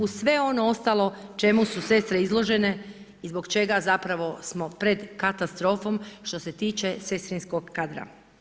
Uz sve ono ostalo čemu su sestre izložene i zbog čega zapravo smo pred katastrofom što se tiče sestrinskog kadra.